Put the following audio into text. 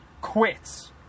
quits